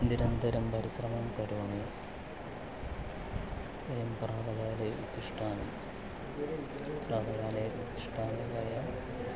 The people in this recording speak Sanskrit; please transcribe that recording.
निरन्तरं परिश्रमं करोमि वयं प्रातः उत्तिष्ठामि प्रापले उत्तिष्ठामि वयं